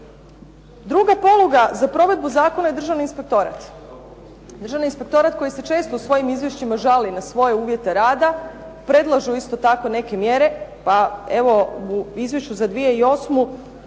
Druga poluga za provedbu zakona je Državni inspektorat. Državni inspektorat koji se često u svojim izvješćima žali na svoje uvjete rada predlažu isto tako neke mjere. Pa evo u izvješću za 2008.